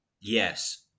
Yes